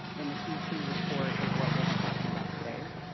and the q two report is what we'll be talking about today.